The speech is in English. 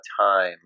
time